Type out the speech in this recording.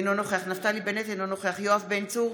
אינו נוכח נפתלי בנט, אינו נוכח יואב בן צור,